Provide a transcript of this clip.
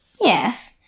Yes